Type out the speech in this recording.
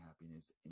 happiness